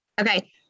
Okay